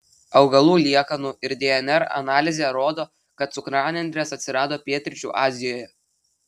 augalų liekanų ir dnr analizė rodo kad cukranendrės atsirado pietryčių azijoje